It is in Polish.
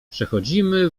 przechodzimy